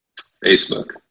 Facebook